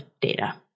data